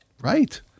Right